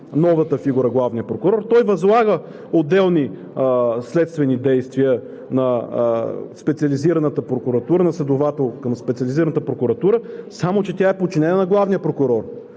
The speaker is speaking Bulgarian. новата фигура – главния прокурор, той възлага отделни следствени действия на Специализираната прокуратура, на следовател към Специализираната прокуратура, само че тя е подчинена на главния прокурор.